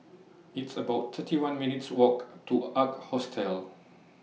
It's about thirty one minutes' Walk to Ark Hostel